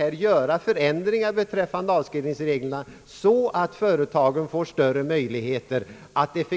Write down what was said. Men dessa regler kan faktiskt ändras så att företagen får större möjligheter att investera och